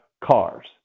cars